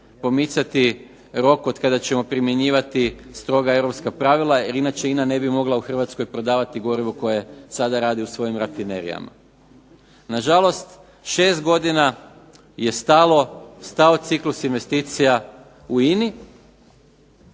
pomicati roko od kada ćemo primjenjivati stroga Europska pravila jer inače INA ne bi mogla u Hrvatskoj prodavati gorivo koje sada proizvodi u svojim rafinerijama. Na žalost šest godina je stao ciklus investicija u INA-i,